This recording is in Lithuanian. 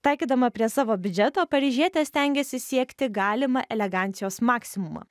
taikydama prie savo biudžeto paryžietė stengiasi siekti galimą elegancijos maksimumą